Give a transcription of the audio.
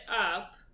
up